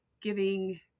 giving